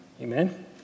Amen